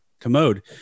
commode